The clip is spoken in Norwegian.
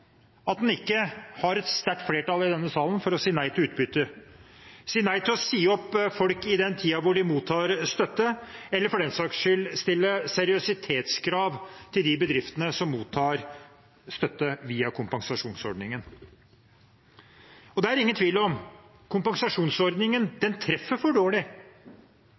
at en ikke har et sterkt flertall i denne salen for å si nei til utbytte, si nei til å si opp folk i den tiden da de mottar støtte, eller for den saks skyld å stille seriøsitetskrav til de bedriftene som mottar støtte via kompensasjonsordningen. Det er ingen tvil om at kompensasjonsordningen treffer for dårlig.